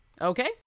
Okay